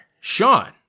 Sean